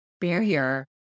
barrier